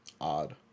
odd